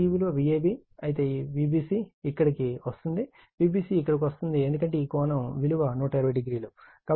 అప్పుడు ఈ విలువ Vab అయితే Vbc ఇక్కడకు వస్తుంది Vbc ఇక్కడకు వస్తుంది ఎందుకంటే ఈ కోణం ఈ కోణం విలువ 120o